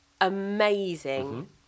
amazing